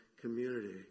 community